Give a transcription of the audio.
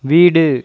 வீடு